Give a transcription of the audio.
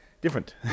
different